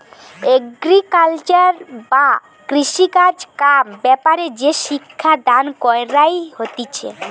agriculture বা কৃষিকাজ কাম ব্যাপারে যে শিক্ষা দান কইরা হতিছে